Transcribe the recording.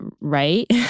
right